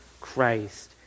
Christ